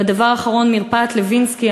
והדבר האחרון, מרפאת לוינסקי.